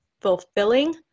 fulfilling